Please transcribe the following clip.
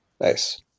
Nice